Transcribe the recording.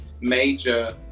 major